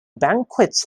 banquets